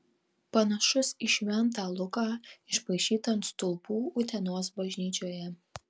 panašus į šventą luką išpaišytą ant stulpų utenos bažnyčioje